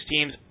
teams